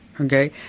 Okay